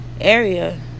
area